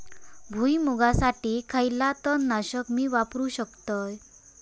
भुईमुगासाठी खयला तण नाशक मी वापरू शकतय?